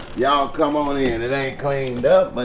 y'all come on in. it ain't cleaned up, but